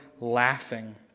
laughing